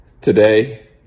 today